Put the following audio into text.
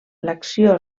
l’acció